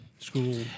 School